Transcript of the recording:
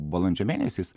balandžio mėnesiais